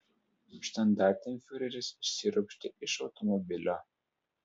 štandartenfiureris išsiropštė iš automobilio